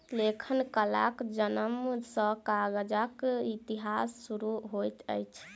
लेखन कलाक जनम सॅ कागजक इतिहास शुरू होइत अछि